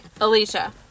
Alicia